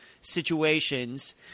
situations